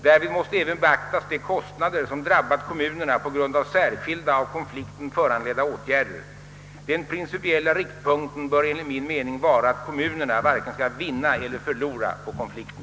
Därvid måste även beaktas de kostnader som drabbat kommunerna på grund av särskilda av konflikten föranledda åtgärder. Den principiella riktpunkten bör enligt min mening vara att kommunerna varken skall vinna eller förlora på konflikten.